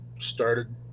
started